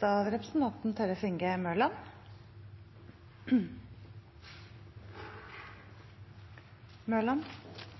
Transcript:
Tellef Inge Mørland – til oppfølgingsspørsmål. Alt blir bra, står det